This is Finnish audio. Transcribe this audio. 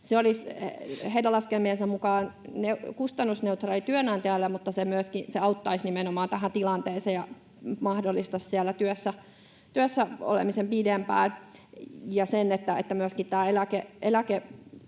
Se olisi heidän laskelmiensa mukaan kustannusneutraali työnantajalle, mutta se myöskin auttaisi nimenomaan tähän tilanteeseen ja mahdollistaisi siellä työssä olemisen pidempään ja sen, että myöskään tämä